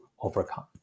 overcome